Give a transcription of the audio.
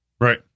Right